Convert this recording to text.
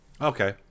Okay